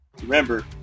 Remember